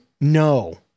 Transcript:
No